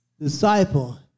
disciple